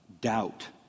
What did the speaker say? Doubt